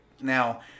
Now